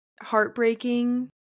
Heartbreaking